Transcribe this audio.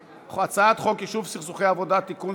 הצעת חוק יישוב סכסוכי עבודה (תיקון,